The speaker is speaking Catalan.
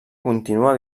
continua